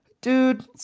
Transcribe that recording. Dude